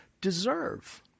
deserve